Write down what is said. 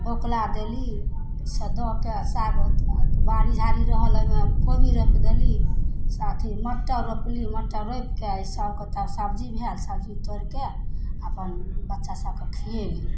बोकला देली से दऽके साग बाड़ी झाड़ी रहल ओहिमे कोबी रोपि देली साथ ही मटर रोपली मटर रोपिके ईसबके तऽ सबजी भेल सबजी तोड़िके अपन बच्चासभके खिएली